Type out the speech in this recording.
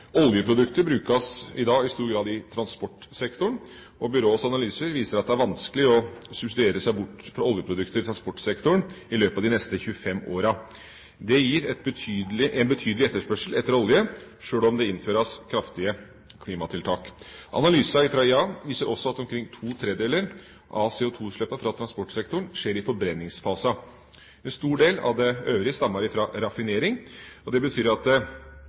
Oljeprodukter brukes i dag i stor grad i transportsektoren. Byråets analyser viser at det er vanskelig å substituere seg bort fra oljeprodukter i transportsektoren i løpet av de neste 25 årene. Det gir en betydelig etterspørsel etter olje sjøl om det innføres kraftige klimatiltak. Analysen fra IEA viser også at omkring to tredjedeler av CO2-utslippene fra transportsektoren skjer i forbrenningsfasen. En stor del av det øvrige stammer fra raffinering. Det betyr at